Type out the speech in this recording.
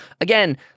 Again